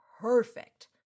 perfect